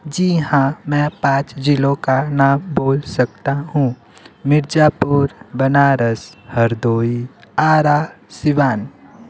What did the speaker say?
जी हाँ मैं पाँच ज़िलों का नाम बोल सकता हूँ मिर्ज़ापुर बनारस हरदोई आरा सिवान